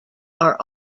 are